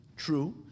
true